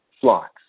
flocks